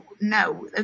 no